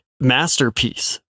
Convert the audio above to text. masterpiece